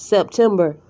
September